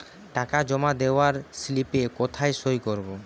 টাকা জমা দেওয়ার স্লিপে কোথায় সই করব?